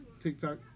TikTok